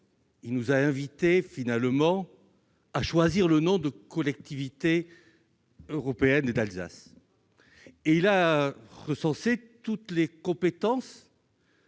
il nous a finalement invités à choisir le nom de Collectivité européenne d'Alsace. En outre, il a recensé toutes les compétences